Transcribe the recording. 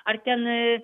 ar ten